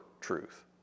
truth